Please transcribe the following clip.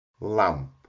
lamp